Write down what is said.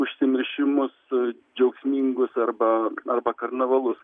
užsimiršimus džiaugsmingus arba arba karnavalus